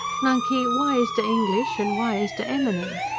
nunkey, why is de english and why is de emeny?